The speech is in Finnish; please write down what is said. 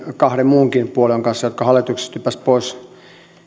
kahden muunkin puolueen kanssa jotka hallituksesta hyppäsivät pois